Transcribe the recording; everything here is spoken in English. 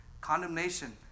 Condemnation